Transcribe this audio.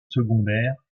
secondaire